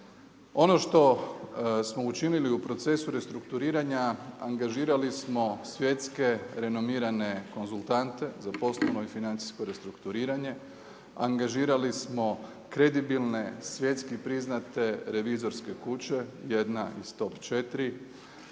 Ono što smo učinili u procesu restrukturiranja, angažirali smo svjetske renomirane konzultante za poslovno i financijsko restrukturiranje, angažirali smo kredibilne svjetski priznate revizorske kuće, jedna iz top